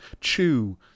Chew